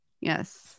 yes